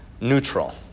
neutral